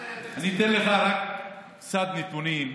אני אתן לך רק קצת נתונים.